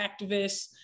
activists